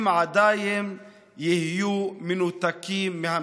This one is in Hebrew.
הם עדיין יהיו מנותקים מהמציאות.